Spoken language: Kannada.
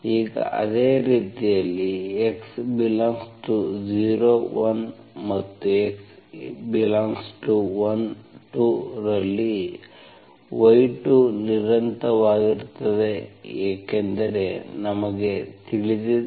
ಈಗ ಅದೇ ರೀತಿಯಲ್ಲಿ x∈01 ಮತ್ತು x∈12 ರಲ್ಲಿ y2 ನಿರಂತರವಾಗಿರುತ್ತದೆ ಏಕೆಂದರೆ ನಮಗೆ ತಿಳಿದಿದೆ